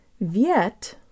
viet